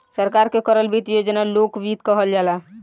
सरकार के करल वित्त योजना लोक वित्त कहल जाला